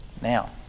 Now